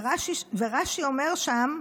ורש"י אומר שם,